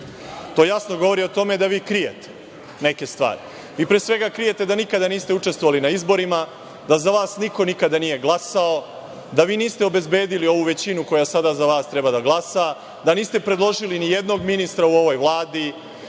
To jasno govori o tome da vi krijete neke stvari. Pre svega, krijete da nikada niste učestvovali na izborima, da za vas niko nikada nije glasao, da vi niste obezbedili ovu većinu koja sada za vas treba da glasa, da niste predložili ni jednog ministra u ovoj Vladi,